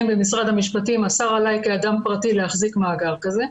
במשרד המשפטים אסר עלי כאדם פרטי להחזיק מאגר כזה,